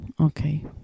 Okay